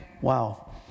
Wow